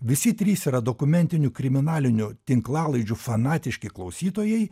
visi trys yra dokumentinių kriminalinių tinklalaidžių fanatiški klausytojai